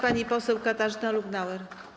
Pani poseł Katarzyna Lubnauer.